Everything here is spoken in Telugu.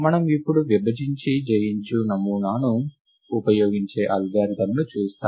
మనము ఇప్పుడు విభజించి జయించు నమూనాను ఉపయోగించే అల్గారిథమ్ను చూస్తాము